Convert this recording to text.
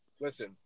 Listen